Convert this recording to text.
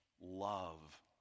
love